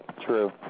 True